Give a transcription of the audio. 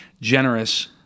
generous